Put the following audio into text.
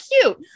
cute